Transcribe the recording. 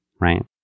right